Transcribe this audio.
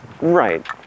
Right